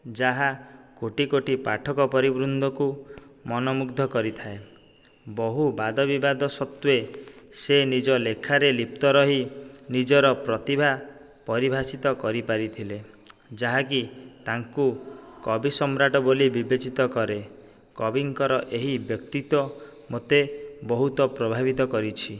ଯାହା କୋଟି କୋଟି ପାଠକ ପରିବୃନ୍ଦକୁ ମନମୁଗ୍ଧ କରିଥାଏ ବହୁ ବାଦ ବିବାଦ ସତ୍ତ୍ୱେ ସେ ନିଜ ଲେଖାରେ ଲିପ୍ତ ରହି ନିଜର ପ୍ରତିଭା ପରିଭାଷିତ କରିପାରିଥିଲେ ଯାହାକି ତାଙ୍କୁ କବି ସମ୍ରାଟ ବୋଲି ବିବେଚିତ କରେ କବିଙ୍କର ଏହି ବ୍ୟକ୍ତିତ୍ୱ ମୋତେ ବହୁତ ପ୍ରଭାବିତ କରିଛି